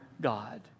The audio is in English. God